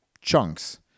chunks